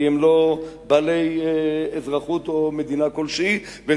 כי הם לא בעלי אזרחות של מדינה כלשהי והם